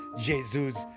Jesus